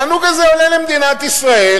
התענוג הזה עולה למדינת ישראל,